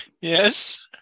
Yes